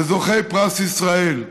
וזוכי פרס ישראל,